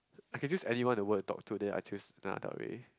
I can choose anyone to go and talk to then I choose Lana-Del-Rey